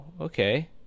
okay